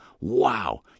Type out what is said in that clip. wow